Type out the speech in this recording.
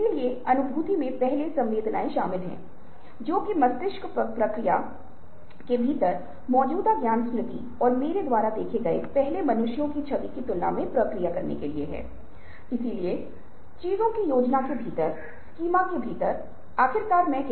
इसलिए प्रबंधन ने सोचा कि आइए हम यूएसए के प्रतिष्ठित बिजनेस स्कूल के छात्रों को बुलाएं